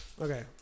Okay